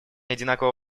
одинаково